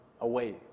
away